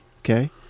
okay